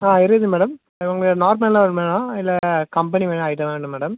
ஆ இருக்குது மேடம் உங்களுக்கு நார்மலா மேடம் இல்லை கம்பெனி வே ஐட்டம் வேணும் மேடம்